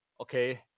Okay